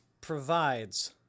provides